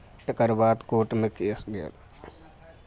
तकरबाद कोर्टमे केस गेल